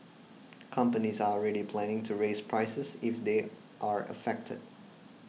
companies are already planning to raise prices if they are affected